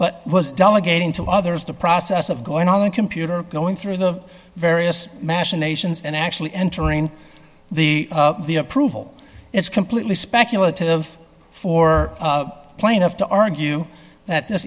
but was delegating to others the process of going on a computer going through the various machinations and actually entering the the approval it's completely speculative of for plaintiff to argue that this